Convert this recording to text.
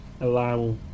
allow